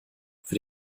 für